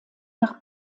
nach